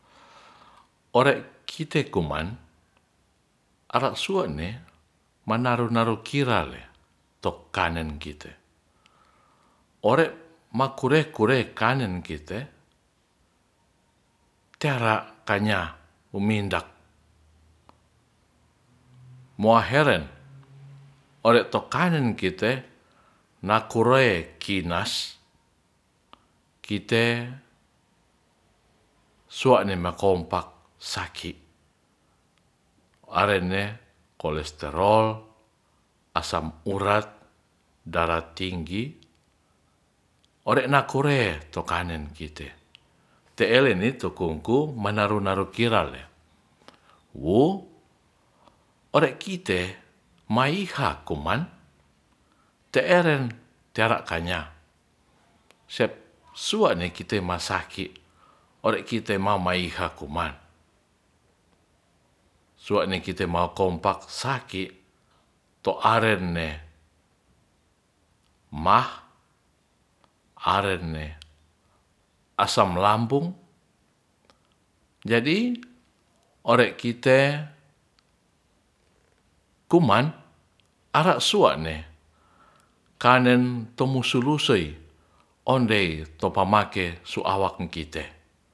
Ore koman ara suane manaro naro kira le mto kanen kite ore makure kure kanen kite tera tanya humindak muaheren ore to kanen kite na kure kinas kite suane makompak saki arene kolesterol asam urat darah tinggi ore na kure tu kanen kite te eleni tu kungku manaru narukira le wo ore kite maiha kuman te eren tera kanya sep suane kite masaki ore kte mamaiha kuman suane kite makompak saki to arenne maag arenne asam lambung jadi ore kite kuman ara suane kanen tomusulu sei ondei to pamakei su awak kite